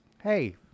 hey